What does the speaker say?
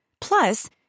Plus